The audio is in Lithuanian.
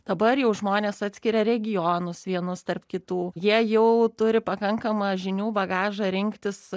dabar jau žmonės atskiria regionus vienus tarp kitų jie jau turi pakankamą žinių bagažą rinktis